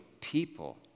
people